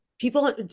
people